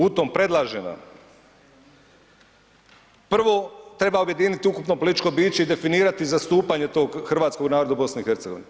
U tom predlažem vam, prvo treba objediniti ukupno političko biće i definirati zastupanje tog hrvatskog naroda u BiH.